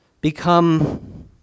become